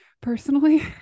personally